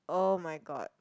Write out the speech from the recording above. [oh]-my-god